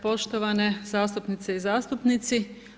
poštovane zastupnice i zastupnici.